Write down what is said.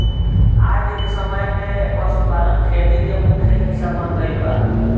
आजके समय में पशुपालन खेती के मुख्य हिस्सा बन गईल बा